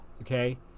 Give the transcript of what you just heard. okay